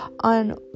on